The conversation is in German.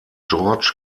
george